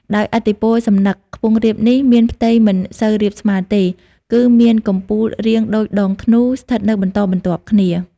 ដោយឥទ្ធិពលសំណឹក ខ្ពង់រាបនេះ មានផ្ទៃមិនសូវរាបស្មើ ទេ គឺមានកំពូលរាងដូចដងធ្នូ ស្ថិតនៅបន្តបន្ទាប់គ្នា ។